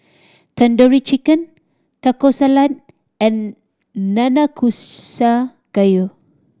Tandoori Chicken Taco Salad and Nanakusa Gayu